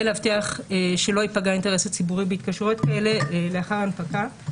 להבטיח שלא ייפגע האינטרס הציבורי בהתקשרויות כאלה לאחר הנפקה.